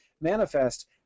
manifest